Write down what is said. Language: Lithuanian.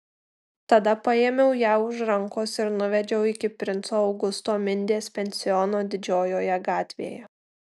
tada paėmiau ją už rankos ir nuvedžiau iki princo augusto mindės pensiono didžiojoje gatvėje